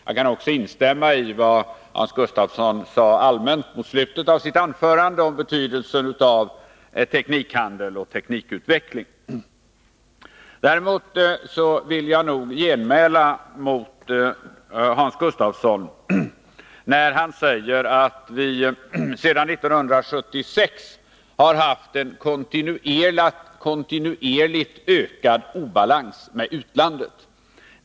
Jag kan också rent allmänt instämma i vad Hans Gustafsson sade i slutet av sitt anförande om betydelsen av teknikupphandling och teknikutveckling. Däremot vill jag genmäla mot Hans Gustafsson när han säger att vi sedan 1976 har haft en kontinuerligt ökande obalans i förhållande till utlandet.